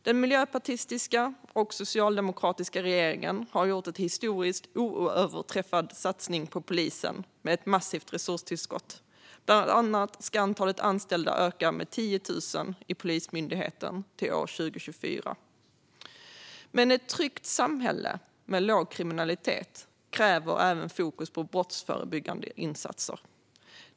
Den miljöpartistiska och socialdemokratiska regeringen har gjort en historiskt oöverträffad satsning på polisen med ett massivt resurstillskott. Bland annat ska antalet anställda öka med 10 000 i Polismyndigheten till år 2024. Men ett tryggt samhälle med låg kriminalitet kräver även fokus på brottsförebyggande insatser.